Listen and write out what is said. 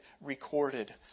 recorded